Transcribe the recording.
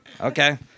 Okay